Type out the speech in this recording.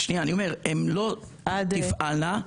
הן לא תפעלנה,